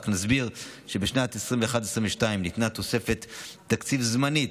רק נסביר שב-2021 2022 ניתנה תוספת תקציב זמנית,